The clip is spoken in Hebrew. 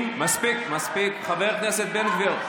מספיק, מספיק, חבר הכנסת בן גביר.